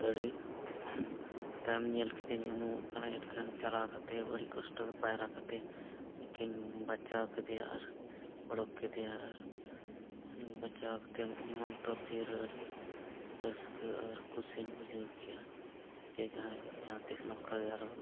ᱟᱹᱰᱤ ᱛᱟᱭᱚᱢ ᱧᱮᱞ ᱠᱤᱫᱟᱹᱧ ᱩᱱᱩᱢᱚᱜ ᱠᱟᱱᱟᱭ ᱮᱱᱠᱷᱟᱱ ᱪᱟᱞᱟᱣ ᱠᱟᱛᱮᱫ ᱟᱹᱰᱤ ᱠᱚᱥᱴᱚ ᱯᱟᱭᱨᱟ ᱠᱟᱛᱮ ᱩᱱᱤ ᱠᱤᱱ ᱵᱟᱪᱟᱣ ᱠᱮᱫᱮᱭᱟ ᱟᱨ ᱚᱰᱚᱠ ᱠᱮᱫᱮᱭᱟ ᱟᱨ ᱩᱱᱤ ᱵᱟᱪᱷᱟᱣ ᱠᱟᱛᱮᱢ ᱛᱚᱨᱡᱤᱭᱟᱹ ᱨᱮ ᱟᱹᱰᱤ ᱨᱟᱹᱥᱠᱟᱹ ᱟᱨ ᱠᱩᱥᱤᱧ ᱵᱩᱡᱷᱟᱹᱣ ᱠᱮᱜᱼᱟ ᱡᱮ ᱡᱟᱦᱟᱸᱭ ᱡᱟᱦᱟᱸᱛᱤᱥ ᱱᱚᱝᱠᱟᱜᱮ ᱟᱨᱚ